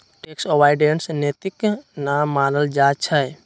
tax avoidance नैतिक न मानल जाइ छइ